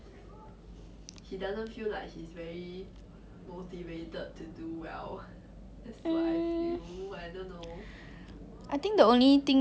I think the only thing that he is motivated to do well is like I think he quite care about his studies that's about it even though he always look very nua